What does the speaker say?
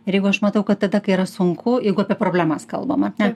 ir jeigu aš matau kad tada kai yra sunku jeigu apie problemas kalbam ar ne